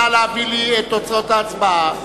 נא להביא לי את תוצאות ההצבעה.